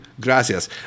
Gracias